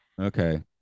Okay